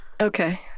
Okay